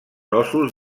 ossos